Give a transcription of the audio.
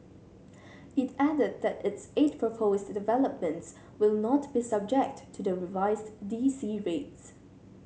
it added that its eight proposed developments will not be subject to the revised D C rates